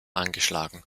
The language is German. angeschlagen